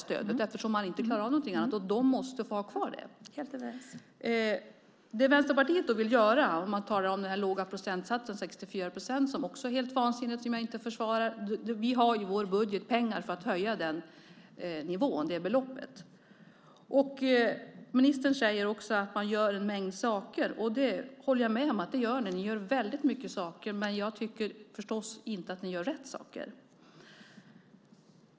Sedan finns det människor som måste få ha kvar det här stödet eftersom de inte klarar av något. Den låga procentsatsen 64 procent är också helt vansinnig och något som jag inte försvarar. Vi i Vänsterpartiet har i vår budget pengar för att höja den nivån. Ministern säger att man gör en mängd saker. Och jag håller med om att ni gör väldigt mycket, men jag tycker förstås inte att ni gör rätt saker.